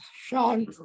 Sean